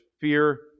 fear